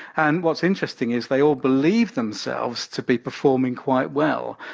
and what's interesting is they all believe themselves to be performing quite well.